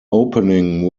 opening